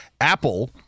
Apple –